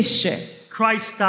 Christ